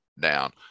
down